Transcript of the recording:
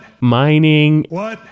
mining